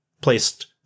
placed